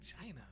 China